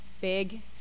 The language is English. big